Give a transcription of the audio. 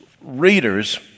readers